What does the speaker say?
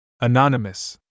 Anonymous